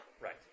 Right